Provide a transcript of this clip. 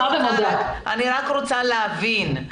לכן אני רק רוצה להבין,